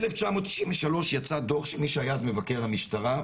ב-1993 יצא דו"ח של מי שהיה אז מבקר המשטרה,